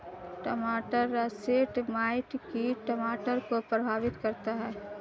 टमाटर russet mite कीट टमाटर को प्रभावित करता है